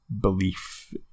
belief